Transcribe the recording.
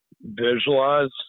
visualize